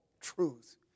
truth